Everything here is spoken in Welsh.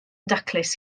daclus